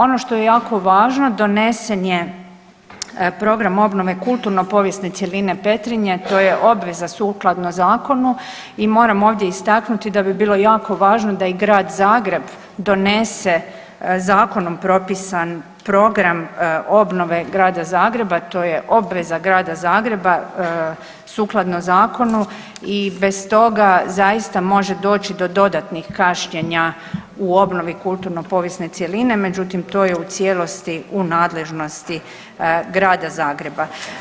Ono što je jako važno, donesen je Program obnove kulturno povijesne cjeline Petrinje, to je obveza sukladno zakonu i moram ovdje istaknuli da bi bilo jako važno da i grad Zagreb donese zakonom propisan program obnove Grada Zagreba, to je obveza Grada Zagreba, sukladno zakonu i bez toga zaista može doći do dodatnih kašnjenja u obnovi kulturno-povijesne cjeline, međutim, to je u cijelosti u nadležnosti Grada Zagreba.